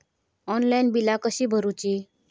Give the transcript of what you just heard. Online बिला कशी भरूची?